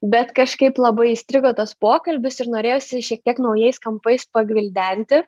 bet kažkaip labai įstrigo tas pokalbis ir norėjosi šiek tiek naujais kampais pagvildenti